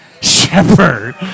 shepherd